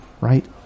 right